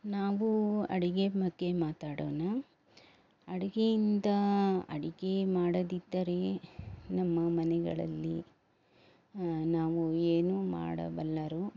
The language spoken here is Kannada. ನಾವು ಅಡಿಗೆ ಬಗ್ಗೆ ಮಾತಾಡೋಣ ಅಡಿಗೆಯಿಂದ ಅಡಿಗೆ ಮಾಡದಿದ್ದರೆ ನಮ್ಮ ಮನೆಗಳಲ್ಲಿ ನಾವು ಏನು ಮಾಡಬಲ್ಲರು